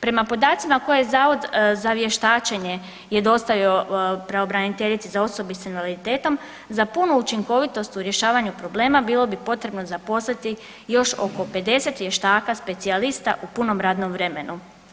Prema podacima koje je Zavod za vještačenje dostavio pravobranitelji za osobe s invaliditetom za punu učinkovitost u rješavanju problema bilo bi potrebno zaposliti još oko 50 vještaka specijalista u punom radnom vremenu.